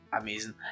amazing